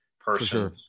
person